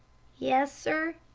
yes, sir.